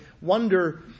wonder